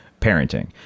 parenting